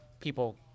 people